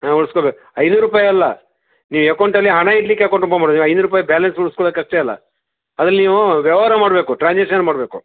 ಹಾಂ ಉಳ್ಸ್ಕೊಬೇಕು ಐನೂರು ರೂಪಾಯಿ ಅಲ್ಲ ಈ ಅಕೌಂಟಲ್ಲಿ ಹಣ ಇಡಲಿಕ್ಕೆ ಅಕೌಂಟ್ ಓಪನ್ ಮಾಡೋದು ಈ ಐನೂರು ರೂಪಾಯಿ ಬ್ಯಾಲೆನ್ಸ್ ಉಳ್ಸ್ಕೊಳಕ್ಕೆ ಅಷ್ಟೆ ಅಲ್ಲ ಅದ್ರಲ್ಲಿ ನೀವು ವ್ಯವಹಾರ ಮಾಡಬೇಕು ಟ್ರಾನ್ಸ್ಯಾಕ್ಷನ್ ಮಾಡಬೇಕು